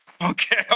okay